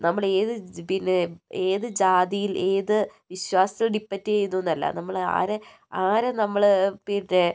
നമ്മളേത് പിന്നെ ഏത് ജാതിയിൽ ഏത് വിശ്വാസത്തിൽ ഡിപ്പെറ്റ് ചെയ്യ്തൂന്നല്ല നമ്മൾ ആരെ ആരെ നമ്മൾ പിന്നെ